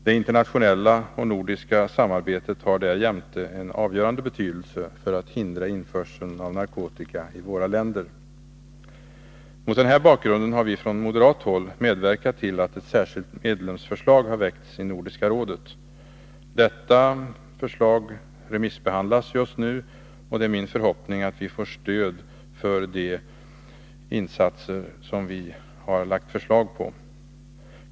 Det internationella och nordiska samarbetet har därjämte en avgörande betydelse för att hindra införseln av narkotika i våra länder. Mot den här bakgrunden har vi från moderat håll medverkat till att ett särskilt medlemsförslag har väckts i Nordiska rådet. Detta förslag remissbehandlas just nu, och det är min förhoppning att vi får stöd för de insatser som vi har föreslagit.